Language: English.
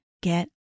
get